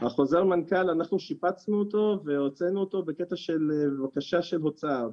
החוזר מנכ"ל אנחנו שיפצנו אותו והוצאנו אותו בקטע של בקשה של הוצאה.